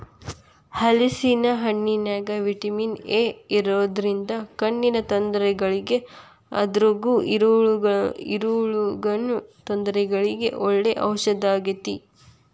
ಹಲೇಸಿನ ಹಣ್ಣಿನ್ಯಾಗ vitamin A ಇರೋದ್ರಿಂದ ಕಣ್ಣಿನ ತೊಂದರೆಗಳಿಗೆ ಅದ್ರಗೂ ಇರುಳುಗಣ್ಣು ತೊಂದರೆಗಳಿಗೆ ಒಳ್ಳೆ ಔಷದಾಗೇತಿ